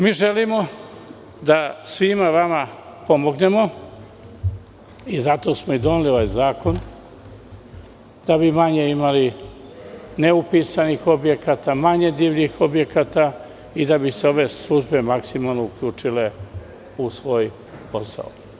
Mi želimo da svima vama pomognemo i zato smo i doneli ovaj zakon, da bi manje imali neupisanih objekata, manje divljih objekata, i da bi se ove službe maksimalno uključile u svoj posao.